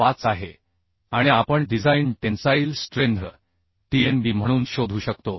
25 आहे आणि आपण डिझाइन टेन्साईल स्ट्रेंथ Tnb म्हणून शोधू शकतो